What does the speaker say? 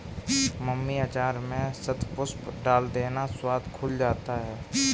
mummy अचार में शतपुष्प डाल देना, स्वाद खुल जाता है